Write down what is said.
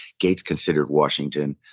gates considered washington,